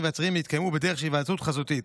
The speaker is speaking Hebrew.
ועצירים יתקיימו בדרך של היוועדות חזותית,